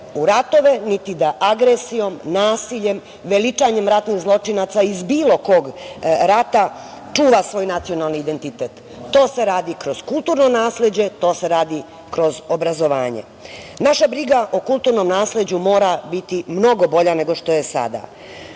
u ratove, niti da agresijom, nasiljem, veličanjem ratnih zločinaca iz bilo kog rata, čuva svoj nacionalni identitet. To se radi kroz kulturno nasleđe, to se radi kroz obrazovanje. Naša briga o kulturnom nasleđu mora biti mnogo bolja nego što je sada.